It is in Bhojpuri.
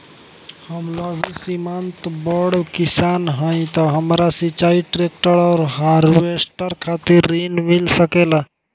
हम लघु सीमांत बड़ किसान हईं त हमरा सिंचाई ट्रेक्टर और हार्वेस्टर खातिर ऋण मिल सकेला का?